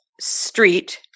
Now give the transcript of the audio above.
Street